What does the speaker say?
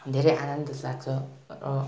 धेरै आनन्दित लाग्छ र